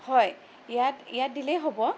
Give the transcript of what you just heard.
হয় ইয়াত ইয়াত দিলেই হ'ব